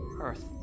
Earth